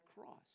cross